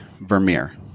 Vermeer